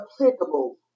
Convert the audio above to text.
applicable